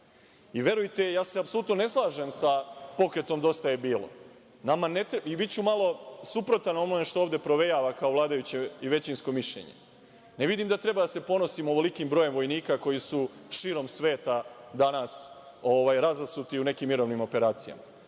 operacijama. Verujte, apsolutno se ne slažem sa Pokretom Dosta je bilo. I biću malo suprotan onome što ovde provejava kao vladajuće i većinsko mišljenje. Ne vidim da treba da se ponosimo ovolikim brojem vojnika koji su širom sveta danas razasuti u nekim mirovnim operacijama.